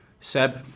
Seb